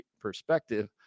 perspective